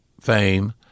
fame